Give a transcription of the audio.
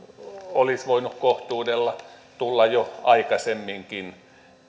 olisivat voineet kohtuudella tulla jo aikaisemminkin